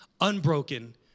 Unbroken